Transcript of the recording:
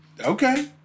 Okay